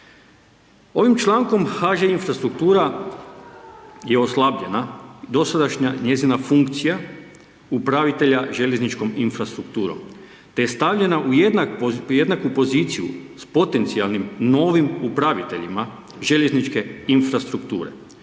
ovim člankom HŽ infrastruktura je oslabljena dosadašnja njezina funkcija, upravitelja željezničkom infrastrukturom, te je stavljena u jednaku poziciju s potencijalnim novim upraviteljima željezničke infrastrukture.